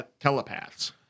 telepaths